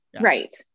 Right